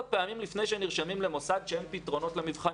פעמים לפני שנרשמים למוסד שאין בו פתרון למבחנים.